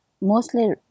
mostly